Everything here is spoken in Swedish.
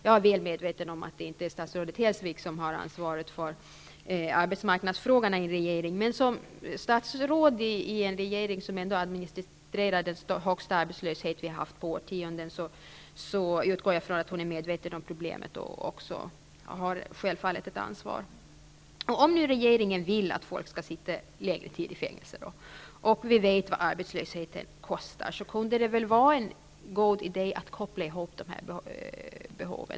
Jag är väl medveten om att det inte är statsrådet Hellsvik som har ansvaret för arbetsmarknadsfrågorna i regeringen, men eftersom hon är statsråd i en regering som ändå administrerar den högsta arbetslöshet vi har haft på årtionden, utgår jag från att hon är medveten om problemet och att även hon självfallet har ett ansvar. Om nu regeringen vill att folk skall sitta längre tid i fängelse och vi vet vad arbetslösheten kostar, kunde det väl vara en god idé att koppla ihop dessa behov.